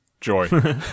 Joy